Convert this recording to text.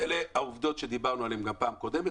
אלה העובדות שדיברנו עליהן גם בפעם הקודמת.